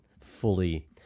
fully